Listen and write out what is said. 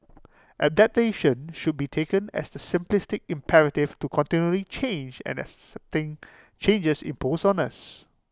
adaptation should be taken as the simplistic imperative to continually change and accepting changes imposed on us